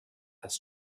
has